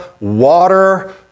water